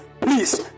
Please